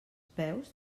peus